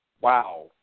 wow